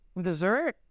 Dessert